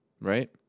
right